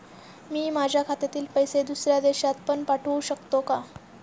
मी माझ्या खात्यातील पैसे दुसऱ्या देशात पण पाठवू शकतो का?